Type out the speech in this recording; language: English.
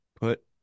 put